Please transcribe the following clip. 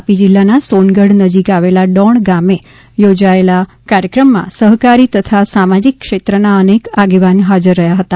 તાપી જીલ્લાના સોનગઢ નજીક આવેલા ડોણ ગામે યોજાયેલા કાર્યક્રમમાં સહકારી તથા સામાજિક ક્ષેત્રના અનેક આગેવાન ફાજર રહ્યા ફતાં